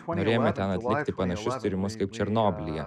norėjome ten atlikti panašius tyrimus kaip černobylyje